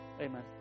amen